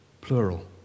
Plural